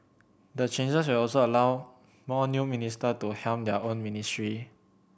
the changes will also allow more new minister to helm their own ministry